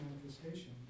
manifestation